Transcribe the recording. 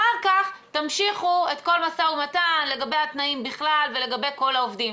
אחר-כך תמשיכו את כל המשא ומתן על כל התנאים בכלל ולגבי כל העובדים.